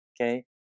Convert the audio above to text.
okay